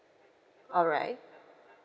alright